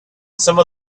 some